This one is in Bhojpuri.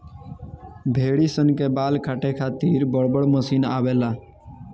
भेड़ी सन के बाल काटे खातिर बड़ बड़ मशीन आवेला